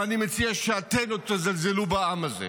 ואני מציע שאתם לא תזלזלו בעם הזה.